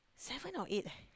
seven or eight eh